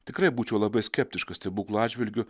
tikrai būčiau labai skeptiškas stebuklų atžvilgiu